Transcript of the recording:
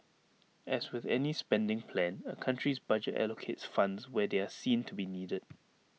as with any spending plan A country's budget allocates funds where they are seen to be needed